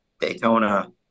Daytona